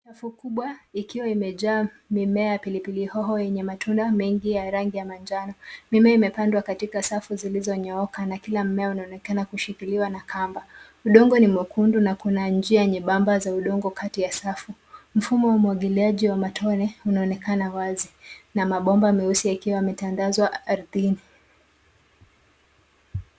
Safu kubwa ikiwa imejaa mimea ya pilipili hoho yenye matunda mengi ya rangi ya manjano. Mimea imepandwa katika safu zilizonyooka na kila mmea unaonekana kushikiliwa na kamba. Udongo ni mwekundu na kuna njia nyembemba za udongo kati ya safu. Mfumo wa umwagiliaji wa matone unaonekana wazi na mabomba meusi yakiwa yametandazwa ardhini.